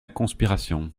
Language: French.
conspiration